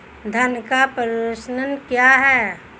धन का प्रेषण क्या है?